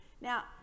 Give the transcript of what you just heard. Now